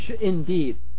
indeed